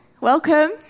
welcome